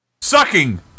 Sucking